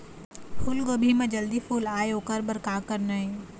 फूलगोभी म जल्दी फूल आय ओकर बर का करना ये?